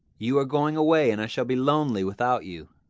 you are going away, and i shall be lonely without you.